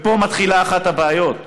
ופה מתחילה אחת הבעיות,